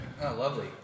Lovely